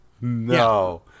No